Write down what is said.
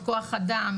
כוח אדם,